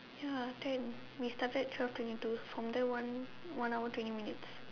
ya ten we started twelve twenty two from there one one hour twenty minutes